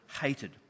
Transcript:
hated